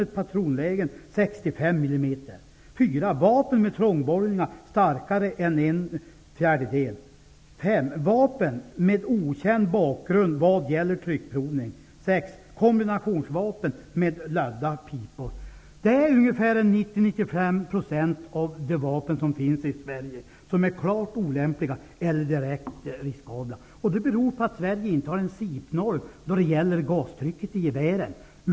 Dessa vapen utgör 90-95 % av de vapen som finns i Sverige, och de är klart olämpliga eller direkt riskabla. Det beror på att Sverige inte har någon CIP-norm när det gäller gastrycket i gevären.